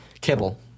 kibble